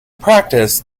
practice